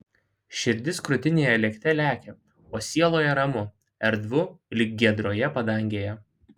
širdis krūtinėje lėkte lekia o sieloje ramu erdvu lyg giedroje padangėje